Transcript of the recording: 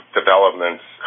developments